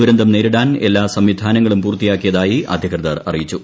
ദുരന്തം നേരിടാൻ എല്ലാ സംവിധാനങ്ങളും പൂർത്തിയാക്കിയതായി അധികൃതർ അറിയിച്ചു